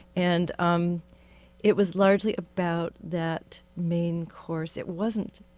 and um it was largely about that main course. it wasn't,